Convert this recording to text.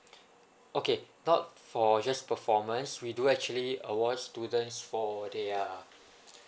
okay not for just performance we do actually award students for their